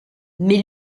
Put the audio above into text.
mais